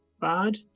bad